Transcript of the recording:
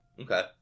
Okay